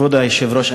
כבוד היושב-ראש,